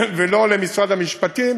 לא למשרד המשפטים,